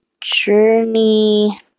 journey